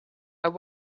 are